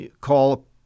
call